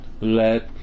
let